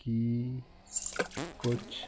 ਕੀ ਕੁਛ